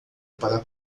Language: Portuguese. para